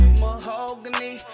mahogany